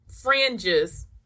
fringes